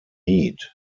meat